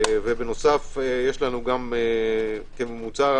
בנוסף, יש בממוצע